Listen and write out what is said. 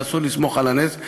ואסור לסמוך על הנס.